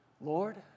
Lord